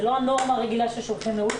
זה לא הנורמה הרגילה ששולחים לאולטרסאונד.